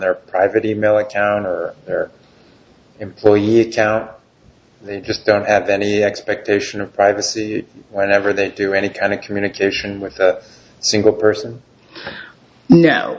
their private e mail account or employee if they just don't have any expectation of privacy whenever they do any kind of communication with a single person no